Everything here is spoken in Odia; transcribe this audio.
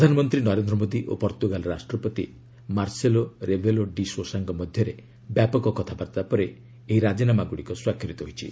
ପ୍ରଧାନମନ୍ତ୍ରୀ ନରେନ୍ଦ୍ର ମୋଦୀ ଓ ପର୍ତ୍ତୁଗାଲ ରାଷ୍ଟ୍ରପତି ମାର୍ସେଲୋ ରେବେଲୋ ଡି ସୋସାଙ୍କ ମଧ୍ୟରେ ବ୍ୟାପକ କଥାବାର୍ତ୍ତା ପରେ ଏହି ରାଜିନାମାଗୁଡ଼ିକ ସ୍ୱାକ୍ଷରିତ ହୋଇଛି